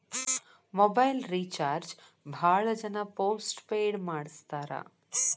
mobile recharge ಭಾಳ್ ಜನ post paid ಮಾಡಸ್ತಾರ